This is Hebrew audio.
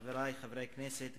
חברי חברי הכנסת,